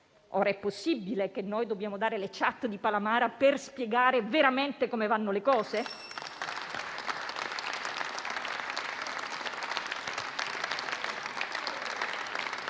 È possibile che dobbiamo dare le *chat* di Palamara per spiegare veramente come vanno le cose?